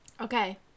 Okay